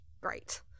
Great